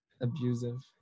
abusive